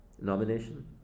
nomination